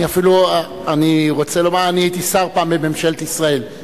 אני רוצה לומר, אני הייתי פעם שר בממשלת ישראל.